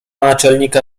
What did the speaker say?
naczelnika